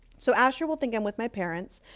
so asher will think i'm with my parents,